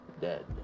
dead